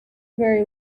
very